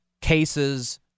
cases